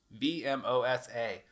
V-M-O-S-A